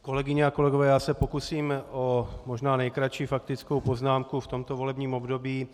Kolegyně a kolegové, já se pokusím o možná nejkratší faktickou poznámku v tomto volebním období.